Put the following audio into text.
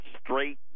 straight